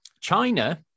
china